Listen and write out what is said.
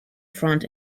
front